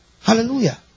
Hallelujah